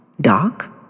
dark